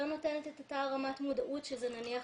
לא נותנת את אותה רמת מודעות שזה נניח